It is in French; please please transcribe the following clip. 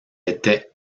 était